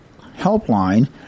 Helpline